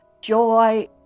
joy